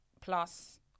plus